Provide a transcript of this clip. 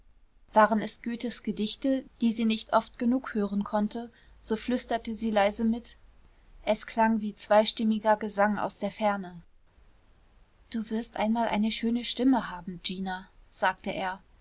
waren es goethes gedichte die sie nicht oft genug hören konnte so flüsterte sie leise mit es klang wie zweistimmiger gesang aus der ferne du wirst einmal eine schöne stimme haben gina sagte er